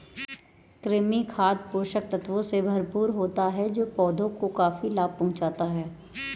कृमि खाद पोषक तत्वों से भरपूर होता है जो पौधों को काफी लाभ पहुँचाता है